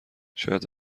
شاید